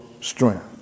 strength